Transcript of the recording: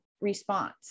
response